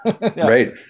Right